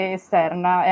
esterna